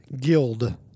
Guild